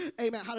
Amen